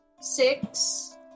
Six